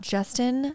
Justin